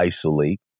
isolate